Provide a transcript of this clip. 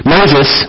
Moses